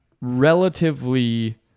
Relatively